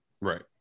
Right